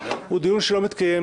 דיון שלא מתקיים